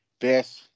best